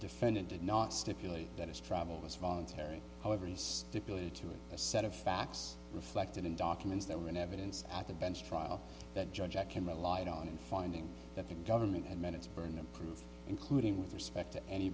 defendant did not stipulate that his travel was voluntary however he stipulated to it a set of facts reflected in documents that were in evidence at the bench trial that judge i can rely on and finding that the government had minutes burden of proof including with respect to any